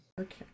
Okay